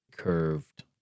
Curved